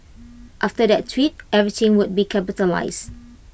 after that tweet everything was be capitalised